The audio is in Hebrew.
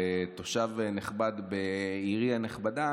תושב נכבד בעירי הנכבדה,